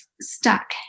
stuck